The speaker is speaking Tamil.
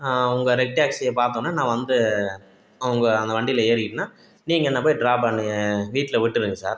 உங்கள் ரெட் டேக்ஸியை பார்த்தொன்னே நான் வந்து உங்கள் அந்த வண்டியில் ஏறிக்கிட்டேனா நீங்கள் என்னை போய் ட்ராப் பண்ணி வீட்டில விட்டுருங்க சார்